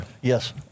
Yes